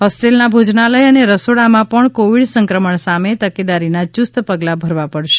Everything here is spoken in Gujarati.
હોસ્ટેલના ભોજનાલય અને રસોડામાં પણ કોવિ ડ સંક્રમણ સામે તકેદારીના યુસ્ત પગલાં ભરવા પડશે